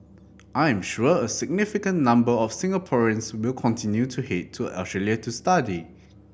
I am sure a significant number of Singaporeans will continue to head to Australia to study